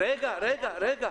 --- רגע, רגע.